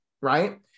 right